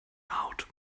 out